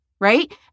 Right